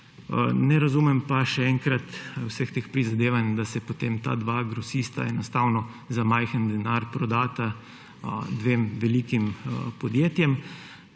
Ne razumem pa, še enkrat, vseh teh prizadevanj, da se potem ta dva grosista enostavno za majhen denar prodata dvema velikima podjetjema.